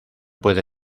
puede